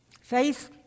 Faith